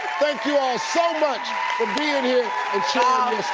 thank you all so much for being here to